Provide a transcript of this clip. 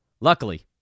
Luckily